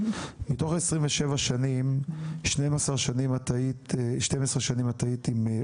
מתוך ה-27 שנים 12 שנים היית עם עובדת אחת.